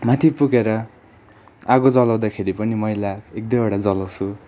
माथि पुगेर आगो जलाउँदाखेरि पनि मैला एक दुईवटा जलाउँछु